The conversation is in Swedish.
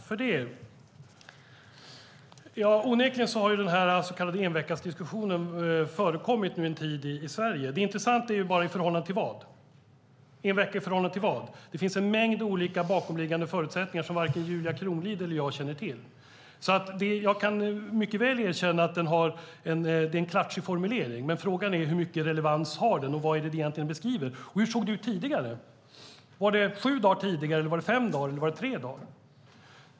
Fru talman! Onekligen har den så kallade enveckasdiskussionen förekommit nu en tid i Sverige. Det intressanta är bara i förhållande till vad - en vecka i förhållande till vad? Det finns en mängd olika bakomliggande förutsättningar som varken Julia Kronlid eller jag känner till. Jag kan mycket väl erkänna att det är en klatschig formulering. Men frågan är hur mycket relevans den har och vad det egentligen är den beskriver. Och hur såg det ut tidigare? Var det sju dagar, fem dagar eller tre dagar?